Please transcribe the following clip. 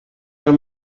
del